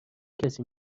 کسی